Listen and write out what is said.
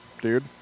dude